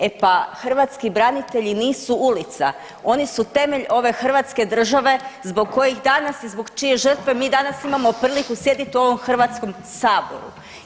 E pa hrvatski branitelji nisu ulica, oni su temelj ove hrvatske države zbog kojih danas i čije žrtve mi danas imamo priliku sjediti u ovom Hrvatskom saboru.